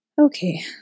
Okay